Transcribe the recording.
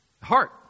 Heart